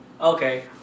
Okay